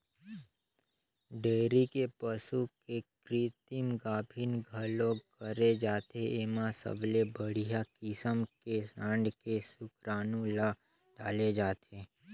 dairy के पसू के कृतिम गाभिन घलोक करे जाथे, एमा सबले बड़िहा किसम के सांड के सुकरानू ल डाले जाथे